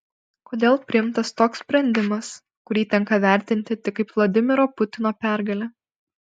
kodėl priimtas toks sprendimas kurį tenka vertinti tik kaip vladimiro putino pergalę